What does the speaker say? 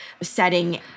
setting